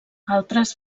altres